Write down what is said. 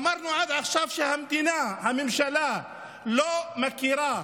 אמרנו עד עכשיו שהמדינה, הממשלה, לא מכירה